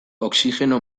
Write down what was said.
oxigeno